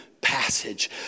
passage